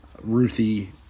Ruthie